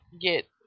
get